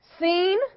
seen